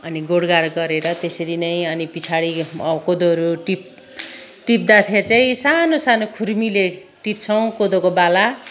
अनि गोडगाड गरेर त्यसरी नै अनि पछाडि कोदोहरू टिप् टिप्दाखेरि चाहिँ सानो सानो खुर्मीले टिप्छौँ कोदोको बाला